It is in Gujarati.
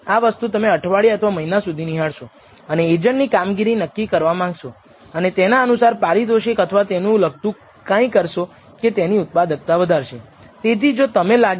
તેથી n 2 એ 12 સાથેની ડિગ્રીઝ ઓફ ફ્રીડમ રજૂઆત કરે છે